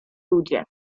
ludzie